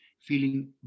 feeling